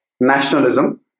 nationalism